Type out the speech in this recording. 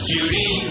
Judy